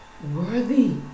worthy